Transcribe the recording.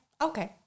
Okay